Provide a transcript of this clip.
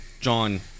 John